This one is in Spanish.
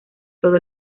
todo